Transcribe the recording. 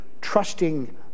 trusting